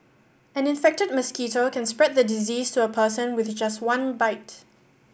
an infected mosquito can spread the disease to a person with just one bite